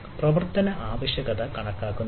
പ്രവർത്തന ആവശ്യകത കണക്കാക്കുന്നില്ല